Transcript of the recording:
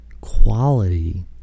Quality